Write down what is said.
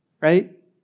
Right